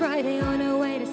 friday on a way to